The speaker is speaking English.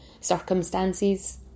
circumstances